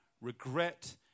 regret